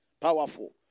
Powerful